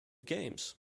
games